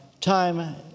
time